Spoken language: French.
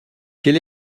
quel